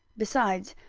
besides,